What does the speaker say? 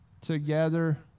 together